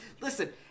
Listen